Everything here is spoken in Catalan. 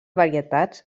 varietats